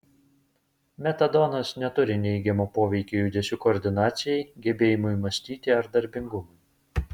metadonas neturi neigiamo poveikio judesių koordinacijai gebėjimui mąstyti ar darbingumui